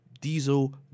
Diesel